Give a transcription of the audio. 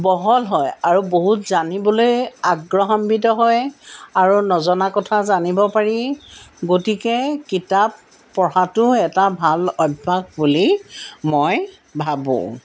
বহল হয় আৰু বহুত জানিবলৈ আগ্ৰহাম্বীত হয় আৰু নজনা কথা জানিব পাৰি গতিকে কিতাপ পঢ়াটো এটা ভাল অভ্যাস বুলি মই ভাবোঁ